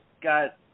got